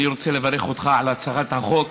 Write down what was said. אני רוצה לברך אותך על הצעת החוק,